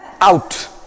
out